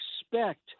expect